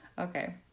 Okay